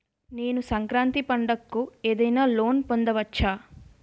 నేను సంక్రాంతి పండగ కు ఏదైనా లోన్ పొందవచ్చా?